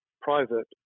private